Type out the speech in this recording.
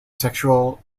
sexual